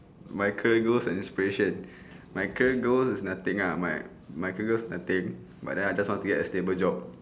my career goals and inspirations my career goals is nothing lah my my career goals nothing but then I just want to get a stable job